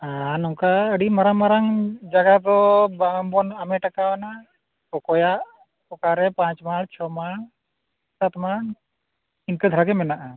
ᱟᱨ ᱱᱚᱝᱠᱟ ᱟᱹᱰᱤ ᱢᱟᱨᱟᱝ ᱢᱟᱨᱟᱝ ᱡᱟᱭᱜᱟ ᱫᱚ ᱵᱟᱝ ᱵᱚᱱ ᱦᱟᱢᱮᱴ ᱠᱟᱣᱱᱟ ᱚᱠᱚᱭᱟᱜ ᱚᱠᱟᱨᱮ ᱯᱟᱸᱪ ᱢᱟ ᱪᱷᱚᱭ ᱢᱟ ᱥᱟᱛ ᱢᱟ ᱤᱱᱠᱟᱹ ᱫᱷᱟᱨᱟ ᱜᱮ ᱢᱮᱱᱟᱜᱼᱟ